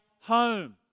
home